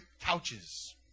couches